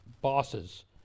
bosses